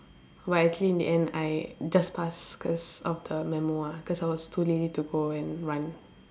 but luckily in the end I just pass cause of the memo ah cause I was too lazy to go and run